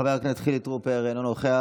חבר הכנסת חילי טרופר, אינו נוכח,